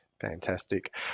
Fantastic